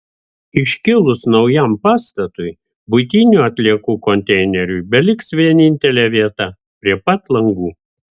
iškilus naujam pastatui buitinių atliekų konteineriui beliks vienintelė vieta prie pat langų